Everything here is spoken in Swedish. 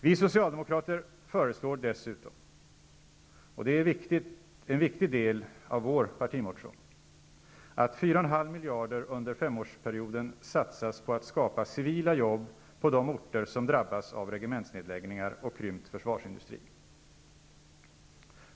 Vi socialdemokrater föreslår dessutom -- och det är en viktig del av vår partimotion -- att 4,5 miljarder under femårsperioden satsas på att skapa civila jobb på de orter som drabbas av regementsnedläggningar och krympt försvarsindustri.